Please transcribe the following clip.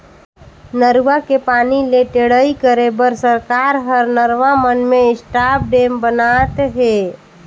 नरूवा के पानी ले टेड़ई करे बर सरकार हर नरवा मन में स्टॉप डेम ब नात हे